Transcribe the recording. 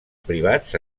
privats